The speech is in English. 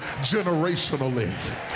generationally